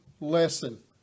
lesson